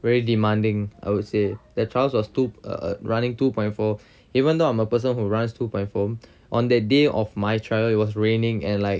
very demanding I would say the trials was too err err running two point four even though I'm a person who runs two point four on that day of my trial it was raining and like